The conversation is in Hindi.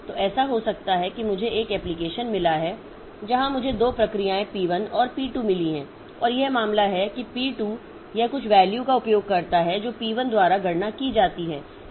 तो ऐसा हो सकता है कि मुझे एक एप्लीकेशन मिला है जहां मुझे 2 प्रक्रियाएं पी 1 और पी 2 मिली हैं और यह मामला है कि पी 2 यह कुछ वैल्यू का उपयोग करता है जो पी 1 द्वारा गणना की जाती है